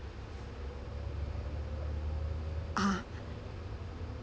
ah